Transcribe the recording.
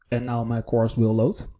and now my course will load.